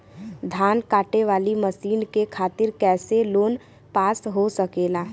धान कांटेवाली मशीन के खातीर कैसे लोन पास हो सकेला?